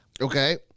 Okay